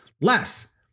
less